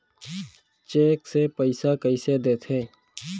Cheque से पइसा कइसे देथे?